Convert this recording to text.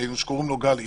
שקוראים לו "גל הירש",